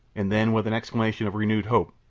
and then with an exclamation of renewed hope,